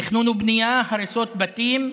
תכנון ובנייה, הריסות בתים,